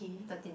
thirteen